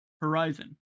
Horizon